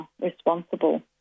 responsible